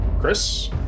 Chris